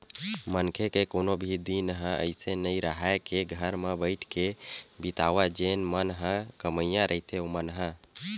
मनखे के कोनो भी दिन ह अइसे नइ राहय के घर म बइठ के बितावय जेन मन ह कमइया रहिथे ओमन ह